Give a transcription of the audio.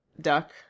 duck